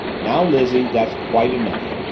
now, lizzie, that's quite enough!